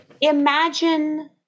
Imagine